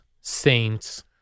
Saints